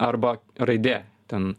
arba raidė ten